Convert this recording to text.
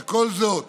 וכל זאת